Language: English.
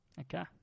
Okay